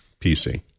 pc